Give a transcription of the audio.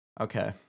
Okay